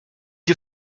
you